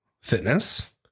fitness